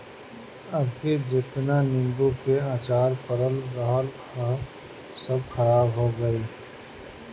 अबकी जेतना नीबू के अचार पड़ल रहल हअ सब खराब हो गइल